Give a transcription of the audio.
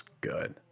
good